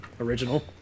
original